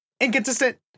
inconsistent